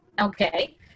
Okay